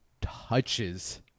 touches